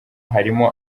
harimo